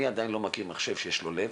אני עדיין לא מכיר מחשב שיש לו לב,